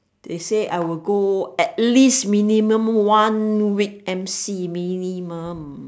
they say I will go at least minimum one week M_C minimum